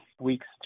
weeks